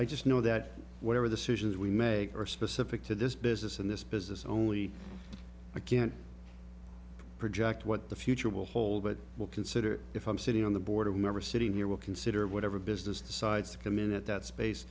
i just know that whatever the solutions we make are specific to this business in this business only again project what the future will hold but will consider if i'm sitting on the board member sitting here will consider whatever business decides to come in at that space